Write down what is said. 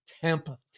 tampa